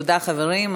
תודה, חברים.